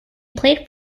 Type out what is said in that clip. played